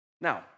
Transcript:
Now